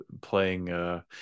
playing